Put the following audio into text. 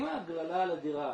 אם ההגרלה לדירה,